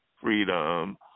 Freedom